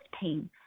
pain